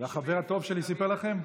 החבר הטוב שלי סיפר לכם.